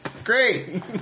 Great